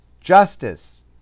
justice